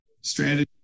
strategy